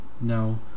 No